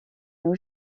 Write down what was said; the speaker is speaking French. nos